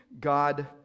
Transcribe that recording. God